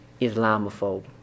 Islamophobe